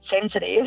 sensitive